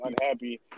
unhappy